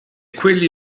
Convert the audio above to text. quelli